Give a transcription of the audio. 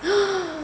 !huh!